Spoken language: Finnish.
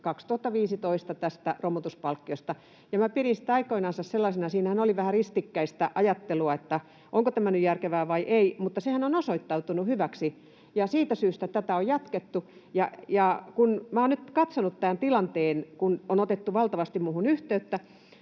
tästä romutuspalkkiosta vuonna 2015. Pidin sitä aikoinansa sellaisena, että oli vähän ristikkäistä ajattelua siinä, onko tämä nyt järkevää vai ei, mutta sehän on osoittautunut hyväksi ja siitä syystä tätä on jatkettu. Kun olen nyt katsonut tämän tilanteen, kun minuun on otettu valtavasti yhteyttä,